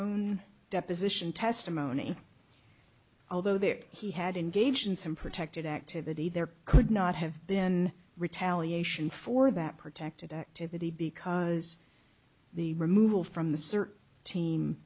own deposition testimony although there he had engaged in some protected activity there could not have been retaliation for that protected activity because the removal from the sea